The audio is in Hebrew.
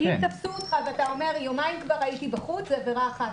אם תפסו אותך ואתה אומר: יומיים כבר הייתי בחוץ זה עבירה אחת.